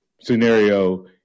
scenario